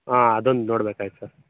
ಹಾಂ ಅದೊಂದು ನೋಡ್ಬೇಕಾಗಿತ್ತು ಸರ್